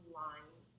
line